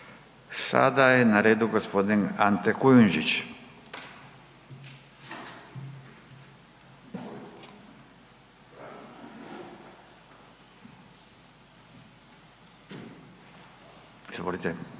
Sada je na redu gospodin Ante Kujundžić. Izvolite.